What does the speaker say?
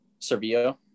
Servio